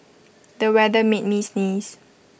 the weather made me sneeze